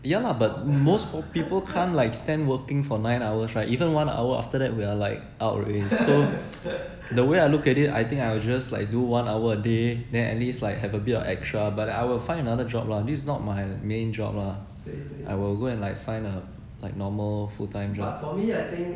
yeah lah but most people can't like stand working for nine hours right even one hour after that we are like out already so the way I look at it I think I will just like do one hour a day then at least like have a bit of extra but I will find another job lah this is not my main job lah I will go and like find uh like normal full time job